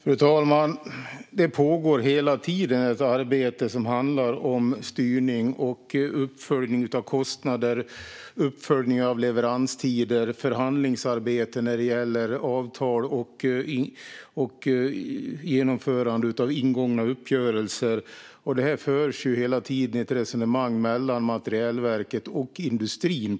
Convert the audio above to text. Fru talman! Det pågår hela tiden ett arbete som handlar om styrning och uppföljning av kostnader, uppföljning av leveranstider, förhandlingsarbete när det gäller avtal och genomförande av ingångna uppgörelser. Det förs hela tiden ett resonemang mellan materielverket och industrin.